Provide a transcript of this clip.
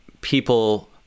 people